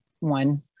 one